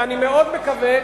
ואני מאוד מקווה,